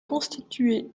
constitué